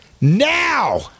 now